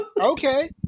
Okay